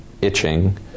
itching